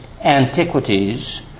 Antiquities